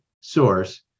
source